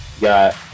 got